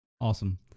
awesome